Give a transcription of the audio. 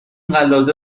قلاده